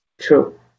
true